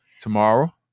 Tomorrow